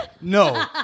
no